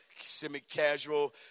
semi-casual